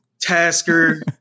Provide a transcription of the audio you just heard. Tasker